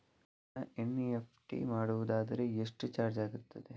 ಹಣ ಎನ್.ಇ.ಎಫ್.ಟಿ ಮಾಡುವುದಾದರೆ ಎಷ್ಟು ಚಾರ್ಜ್ ಆಗುತ್ತದೆ?